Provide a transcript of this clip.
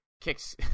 kicks